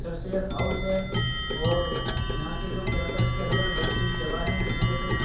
سر Syed house ہے اور یہاں کے جو کیمپس کے اندر بہت سی جگہیں ہیں جس میں سے